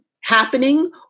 happening